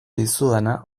dizudana